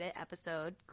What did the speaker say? episode